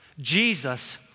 Jesus